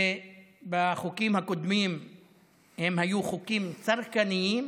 החוקים הקודמים היו חוקים צרכניים